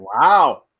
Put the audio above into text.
Wow